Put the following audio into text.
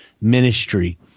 ministry